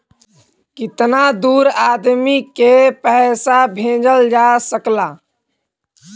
कितना दूर आदमी के पैसा भेजल जा सकला?